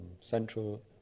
Central